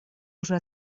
уже